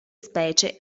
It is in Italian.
specie